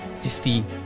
fifty